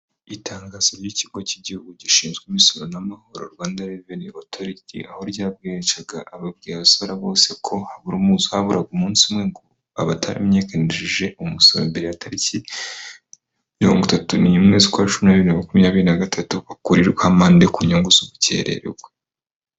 Itangazo ry'ikigo cy'igihugu gishinzwe imisoro n'amahoro Rwanda reveni otoriti, aho ryamenyeshaga abasorera bose ko haburaga umunsi umwe ngo abataramenyekanishije umusoro mbere y'itariki mirongo itatu nimwe z'ukwacumi na biri na makumyabiri na gatatu bakurirweho amande ku nyungu z'ubukererwa.